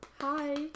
Hi